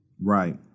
right